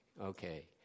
okay